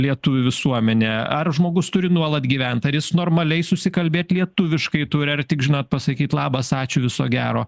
lietuvių visuomenę ar žmogus turi nuolat gyvent ar jis normaliai susikalbėt lietuviškai turi ar tik žinot pasakyt labas ačiū viso gero